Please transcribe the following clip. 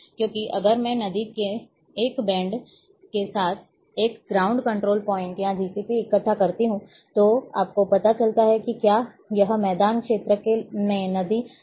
क्योंकि अगर मैं नदी के एक बैंड के साथ एक ग्राउंड कंट्रोल पॉइंट या GCP इकट्ठा करता हूं तो आपको पता चलता है कि क्या यह मैदानी क्षेत्र में नदी के पलायन पर है